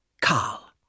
Carl